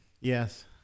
Yes